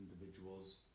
individuals